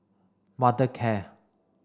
Mothercare